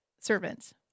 servants